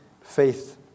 faith